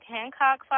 Hancock